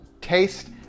taste